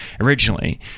originally